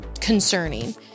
concerning